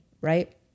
right